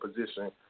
position